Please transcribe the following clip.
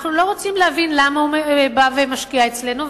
אנחנו לא רוצים להבין למה הוא בא להשקיע אצלנו,